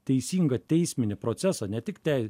teisingą teisminį procesą ne tik tei